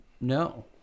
No